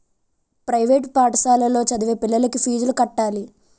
private పాఠశాలలో చదివే పిల్లలకు ఫీజులు కట్టాలి